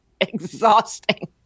Exhausting